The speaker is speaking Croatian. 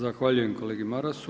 Zahvaljujem kolegi Marasu.